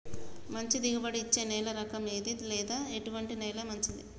మంచి దిగుబడి ఇచ్చే నేల రకం ఏది లేదా ఎటువంటి నేల మంచిది?